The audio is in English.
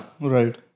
Right